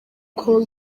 col